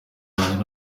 wanjye